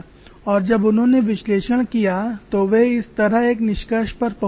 और जब उन्होंने विश्लेषण किया तो वे इस तरह एक निष्कर्ष पर पहुंचे थे